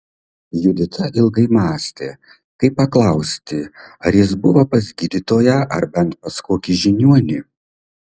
judita ilgai mąstė kaip paklausti ar jis buvo pas gydytoją ar bent pas kokį žiniuonį